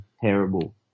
terrible